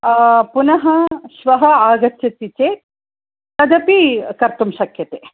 पुनः श्वः आगच्छति चेत् तदपि कर्तुं शक्यते